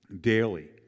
daily